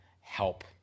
help